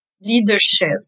leadership